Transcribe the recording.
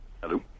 Hello